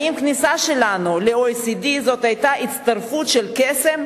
האם הכניסה שלנו ל-OECD היתה הצטרפות של קסם,